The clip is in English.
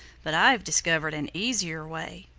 but i've discovered an easier way.